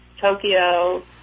Tokyo